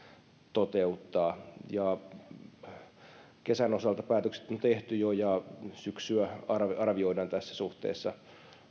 toteuttaa kesän osalta päätökset on tehty jo ja syksyä arvioidaan tässä suhteessa